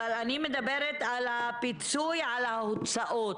אני מדברת על פיצוי על ההוצאות.